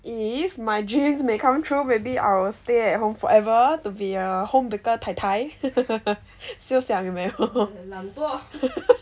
if my dreams may come true maybe I'll stay at home forever to be a home baker tai tai 休想有没有